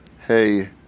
Hey